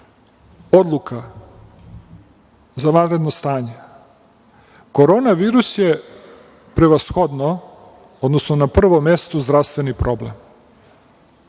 odluka za vanredno stanje, Korona virus je prevashodno, odnosno na prvom mestu zdravstveni problem,